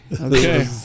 Okay